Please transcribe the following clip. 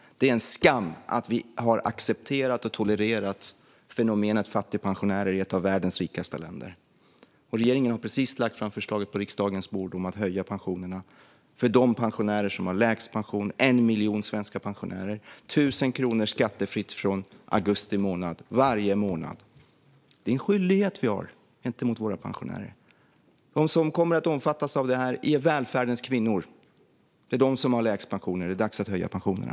Det är en skam att vi har accepterat och tolererat fenomenet fattigpensionärer i ett av världens rikaste länder. Regeringen har precis lagt fram ett förslag på riksdagens bord om att höja pensionerna för de pensionärer som har lägst pension. Det rör sig om 1 miljon svenska pensionärer och 1 000 kronor skattefritt varje månad från augusti. Detta är en skyldighet vi har gentemot våra pensionärer. De som kommer att omfattas av det här är välfärdens kvinnor; det är de som har lägst pensioner. Det är dags att höja pensionerna.